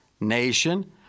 nation